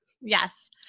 yes